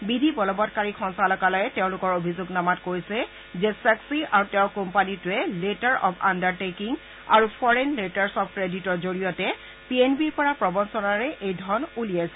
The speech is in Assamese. বিধি বলৱৎকাৰী সঞ্চালকালয়ে তেওঁলোকৰ অভিযোগনামাত কৈছে যে ছল্পী আৰু তেওঁৰ কোম্পানীটোৱে লেটাৰ অব্ আণ্ডাৰ টেকিং আৰু ফৰেইন লেটাৰ্ছ অব্ ক্ৰেডিটৰ জৰিয়তে পি এন বিৰ পৰা প্ৰবঞ্চনাৰে এই ধন উলিয়াইছিল